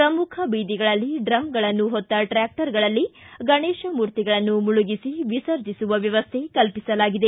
ಪ್ರಮುಖ ಬೀದಿಗಳಲ್ಲಿ ಡ್ರಂಗಳನ್ನು ಹೊತ್ತ ಟ್ರಾಕ್ಷರ್ಗಳಲ್ಲಿ ಗಣೇತ ಮೂರ್ತಿಗಳನ್ನು ಮುಳುಗಿಸಿ ವಿಸರ್ಜಿಸುವ ವ್ಯವಸ್ಥೆ ಕಲ್ಪಿಸಲಾಗಿದೆ